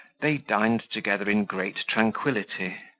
they dined together in great tranquility.